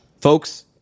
folks